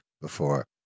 before